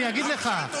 אני אגיד לכם.